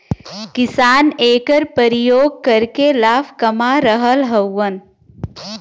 किसान एकर परियोग करके लाभ कमा रहल हउवन